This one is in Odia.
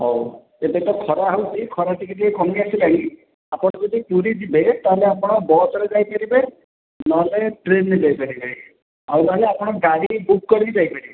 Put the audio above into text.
ହଉ ଏବେ ତ ଖରା ହେଉଛି ଖରା ଟିକେ ଟିକେ କମି ଆସିଲାଣି ଆପଣ ଯଦି ପୁରୀ ଯିବେ ତାହେଲେ ଆପଣ ବସ୍ ରେ ଯାଇ ପାରିବେ ନହେଲେ ଟ୍ରେନ ରେ ଯାଇ ପାରିବେ ଆଉ ନହେଲେ ଆପଣ ଗାଡ଼ି ବୁକ୍ କରିକି ଯାଇ ପାରିବେ